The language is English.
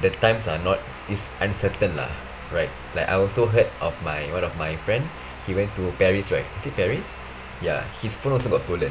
the times are not is uncertain lah right like I also heard of my one of my friend he went to paris right is it paris ya his phone also got stolen